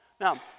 Now